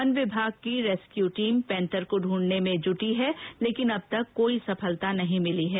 one विभाग की rescue team panther को ढूंढने में जारी है पर अब तक कोई सफलता नहीं मिली है